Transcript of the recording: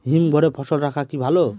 হিমঘরে ফসল রাখা কি ভালো?